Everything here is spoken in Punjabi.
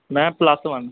ਮੈਂ ਪਲੱਸ ਵੰਨ